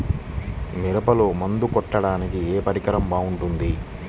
మిరపలో మందు కొట్టాడానికి ఏ పరికరం బాగుంటుంది?